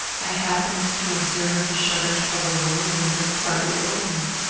i happened to observe the shutters of a lower window partly opened.